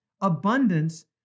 abundance